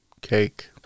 Cake